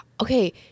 okay